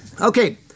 Okay